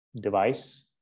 device